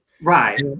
Right